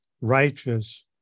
righteous